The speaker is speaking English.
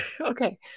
okay